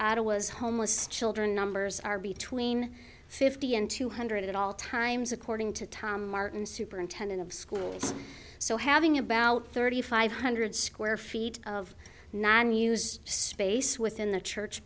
added was homeless children numbers are between fifty and two hundred at all times according to tom martin superintendent of schools so having about thirty five hundred square feet of not unused space within the church